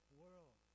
world